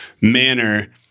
manner